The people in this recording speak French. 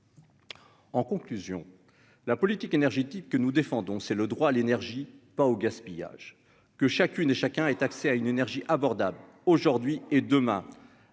En conclusion, la politique énergétique que nous défendons, c'est le droit à l'énergie pas au gaspillage que chacune et chacun ait accès à une énergie abordable, aujourd'hui et demain